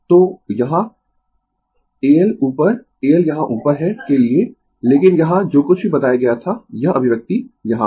तो यहाँ al ऊपर al यहाँ ऊपर है के लिए लेकिन यहाँ जो कुछ भी बताया गया था यह अभिव्यक्ति यहाँ है